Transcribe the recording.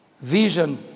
vision